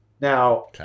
Now